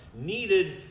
needed